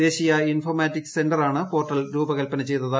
ദേശീയ ഇൻഫോർമാറ്റിക്സ് സെന്ററാണ് പോർട്ടൽ രൂപകല്പന ചെയ്തത്